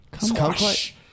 Squash